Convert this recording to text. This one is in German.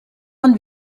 man